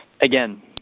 again